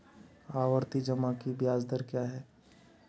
आवर्ती जमा की ब्याज दर क्या है?